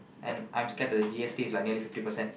and I'm scared that the G_S_T is like nearly fifty percent